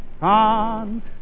on